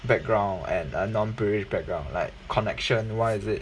background and a non privilege background like connection why is it